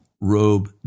robe